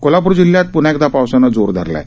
कोल्हापूर जिल्ह्यात पून्हा एकदा पावसानं जोर धरला आहे